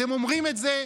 אתם אומרים את זה,